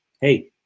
hey